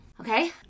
Okay